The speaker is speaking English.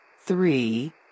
Three